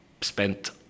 Spent